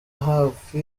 hafi